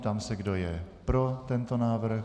Ptám se, kdo je pro tento návrh.